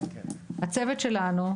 הצוות שלנו,